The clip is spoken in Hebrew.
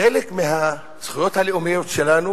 חלק מהזכויות הלאומיות שלנו,